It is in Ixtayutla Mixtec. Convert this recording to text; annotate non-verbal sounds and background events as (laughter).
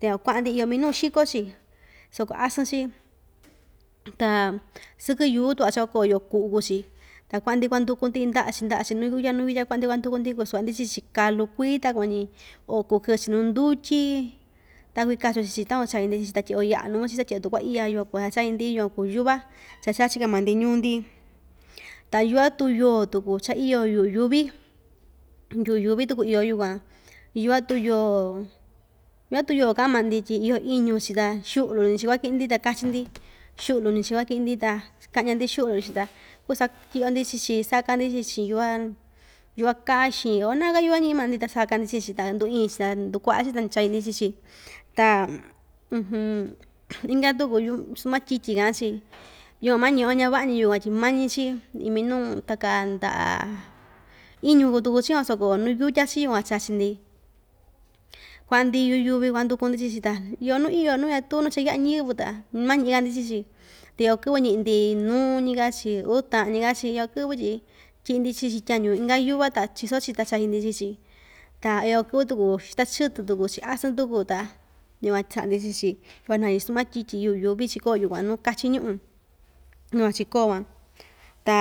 Ta yukuan kuaꞌa‑ndi iyo minuu xiko‑chi soko asɨɨn‑chi ta sɨkɨ yuu tuꞌva‑chi van koo yoꞌo kuꞌu kuu‑chi ta kuaꞌa‑ndi kuaduku‑ndi ndaꞌa‑chi ndaꞌa‑chi nuu yutya nuu yutya kuaꞌa‑ndi kuanduku‑ndi kuu suaꞌa‑ndi chii‑chi kalu kui takuan‑ñi oo kuu kɨꞌɨ‑chi nuu ndutyi ta kuvi kachun chii‑chi takuan chei‑ndi chii‑chi ta tyiꞌyo yaꞌa nuu‑chi ta tyiꞌyo tukuaa iya yukuan kuu cha chai‑ndi yukuan kuu yuva cha chachi kaa maa‑ndi ñuu‑ndi ta yuva tuyoo tuku cha iyo yuꞌu yuvi yuꞌu yuvi iyo tuku yukuan yuva tuyoo yuva tuyoo kaꞌan maa‑ndi tyi iyo iñu‑chi ta xuꞌluñi‑chi kua‑kiꞌi‑ndi ta kachi (noise) ndi xuꞌluñi‑chi kuakiꞌi‑ndi ta kaꞌndya‑ndi xuꞌlu‑chi ta kuu satyiꞌyo‑ndi chii‑chi saka‑ndi chii‑chi yuan yuva kaxin oo naa‑ka yuva ñiꞌi maa‑ndi ta saka‑ndi chii‑chi ta nduu iin‑chi ta ndukuaꞌa‑chi ta chai‑ndi chii‑chi ta (hesitation) inka tuku yuv suꞌma tyityi kaꞌan‑chi yuan maa ñiꞌi‑yo ndyavaꞌa‑ñi yukuan tyi mañi‑chi iin minuu ta kaa ndaꞌa iñu kuu tuku‑chi van soko nuu yutya‑chi van chachi‑ndi kuaꞌa‑ndi yuu yuvi kua‑nduku‑ndi chii‑chi ta iyo nuu iyo nuu ñatuu nuu cha yaꞌa ñiyɨvɨ ta mañiꞌika‑ndi chii‑chi ta iyo kɨvɨ ñiꞌi‑ndi nuñi‑ka‑chi uu taꞌan ñika‑chi iyo kɨvɨ tyi tyiꞌi‑ndi chii‑chi tyañu inka yuva ta chiso‑chi ta chai‑ndi chii‑chi ta iyo kɨvɨ tuku xita chitɨ tuku‑chi asɨɨn tuku yukuan saꞌa‑ndi chii‑chi yukuan nañi suꞌma tyityi yuꞌu yuvi chikoo yukuan nuu chachin ñuꞌu yukuan chikoo van ta